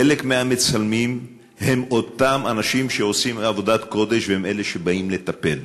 חלק מהמצלמים הם אותם אנשים שעושים עבודת קודש והם אלה שבאים לטפל.